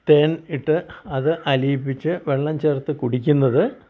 തേൻ ഇട്ട് അത് അലിയിപ്പിച്ച് വെള്ളം ചേർത്ത് കുടിക്കുന്നത്